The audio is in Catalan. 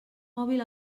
mòbil